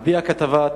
על-פי הכתבה,